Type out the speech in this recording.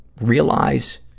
realize